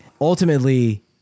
ultimately